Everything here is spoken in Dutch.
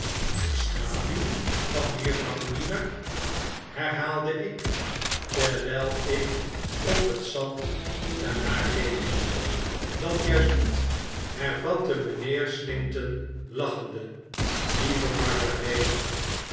de schaduw van mejuffrouw niner herhaalde ik terwyl ik op het zand daarnaar keek dat juist niet hervatte mynheer slinkton lachende lieve margaretha